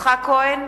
יצחק כהן,